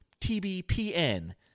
TBPN